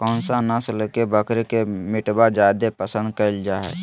कौन सा नस्ल के बकरी के मीटबा जादे पसंद कइल जा हइ?